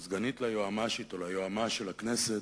או הסגנית ליועצת המשפטית או ליועץ המשפטי של הכנסת,